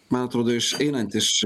man atrodo išeinant iš